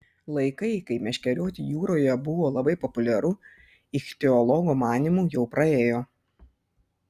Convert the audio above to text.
laikai kai meškerioti jūroje buvo labai populiaru ichtiologo manymu jau praėjo